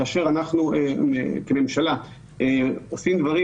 כאשר אנחנו כממשלה עושים דברים,